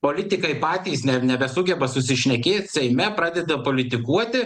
politikai patys ne nebesugeba susišnekėt seime pradeda politikuoti